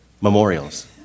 memorials